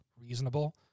reasonable